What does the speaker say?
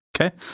Okay